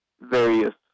various